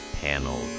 Panel